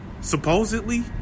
supposedly